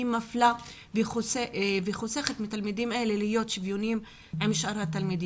היא בעצם מפלה והיא מביאה לידי כך שתלמידים אלו לא מקבלים יחס שוויוני.